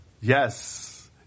Yes